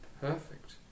perfect